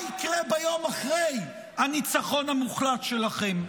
מה יקרה ביום אחרי הניצחון המוחלט שלכם?